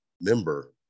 member